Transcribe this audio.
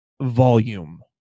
volume